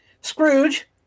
Scrooge